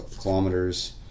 kilometers